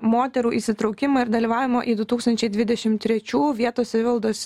moterų įsitraukimo ir dalyvavimo į du tūkstančiai dvidešim trečių vietos savivaldos